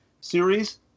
series